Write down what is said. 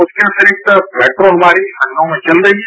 इसके अतिरिक्त मेट्रो हमारी लखनऊ में चल रही है